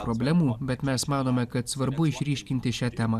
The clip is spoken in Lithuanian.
problemų bet mes manome kad svarbu išryškinti šią temą